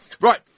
Right